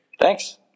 Thanks